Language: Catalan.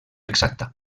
exacta